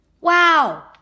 Wow